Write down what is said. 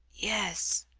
yes,